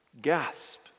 gasp